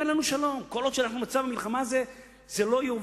לא חושב שיש, זה די נדיר.